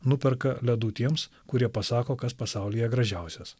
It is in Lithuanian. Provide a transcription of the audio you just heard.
nuperka ledų tiems kurie pasako kas pasaulyje gražiausias